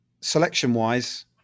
Selection-wise